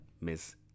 Miss